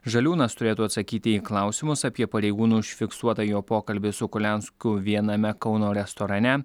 žaliūnas turėtų atsakyti į klausimus apie pareigūnų užfiksuotą jo pokalbį su kuliansku viename kauno restorane